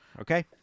Okay